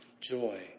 joy